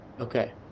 Okay